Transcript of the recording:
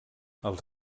els